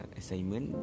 assignment